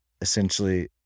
essentially